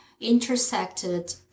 intersected